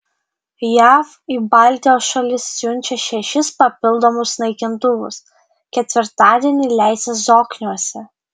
jav į baltijos šalis siunčia šešis papildomus naikintuvus ketvirtadienį leisis zokniuose